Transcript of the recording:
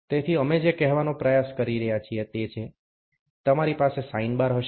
તેથી અમે જે કહેવાનો પ્રયાસ કરી રહ્યા છીએ તે છે તમારી પાસે સાઈન બાર હશે